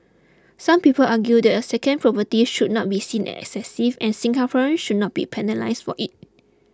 some people argue that a second property should not be seen as excessive and Singaporeans should not be penalised for it